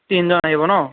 তিনিজন আহিব ন'